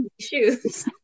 shoes